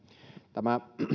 tämä